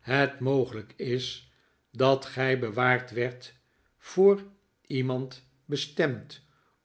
het mogelijk is dat gij bewaard werdt voor iemand bestemd